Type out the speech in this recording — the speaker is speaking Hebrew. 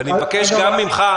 ואני מבקש גם ממך.